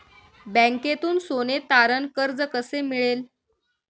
बँकेतून सोने तारण कर्ज कसे मिळेल?